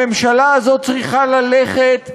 הממשלה הזאת צריכה ללכת.